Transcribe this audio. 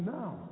now